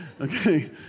Okay